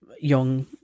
young